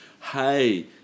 hey